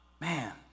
man